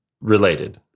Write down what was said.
Related